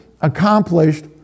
accomplished